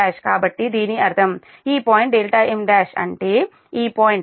కాబట్టి దీని అర్థం ఈ పాయింట్ m1 అంటే ఈ పాయింట్